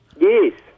Yes